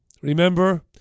Remember